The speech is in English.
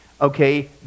okay